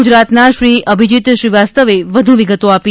ગુજરાતના શ્રી અભિજીત શ્રીવાસ્તવે વધુ વિગતો આપી